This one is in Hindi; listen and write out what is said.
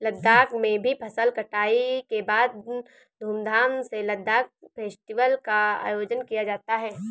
लद्दाख में भी फसल कटाई के बाद धूमधाम से लद्दाख फेस्टिवल का आयोजन किया जाता है